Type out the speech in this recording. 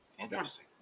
Interesting